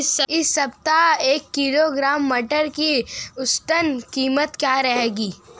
इस सप्ताह एक किलोग्राम मटर की औसतन कीमत क्या रहेगी?